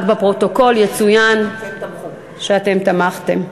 רק בפרוטוקול יצוין שאתם תמכתם.